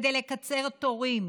כדי לקצר תורים,